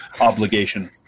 obligation